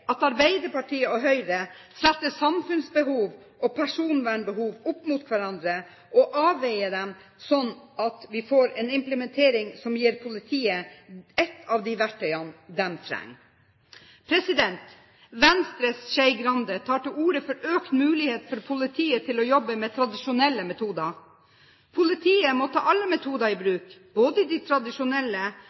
at Arbeiderpartiet og Høyre setter samfunnsbehov og personvernbehov opp mot hverandre og avveier dem sånn at vi får en implementering som gir politiet ett av de verktøyene de trenger. Venstres Skei Grande tar til orde for økt mulighet for politiet til å jobbe med tradisjonelle metoder. Politiet må ta alle metoder i bruk, både de tradisjonelle